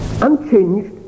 unchanged